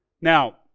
Now